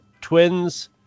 twins